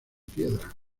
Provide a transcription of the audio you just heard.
piedra